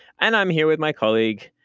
and i'm here with my colleague,